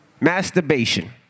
masturbation